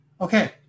Okay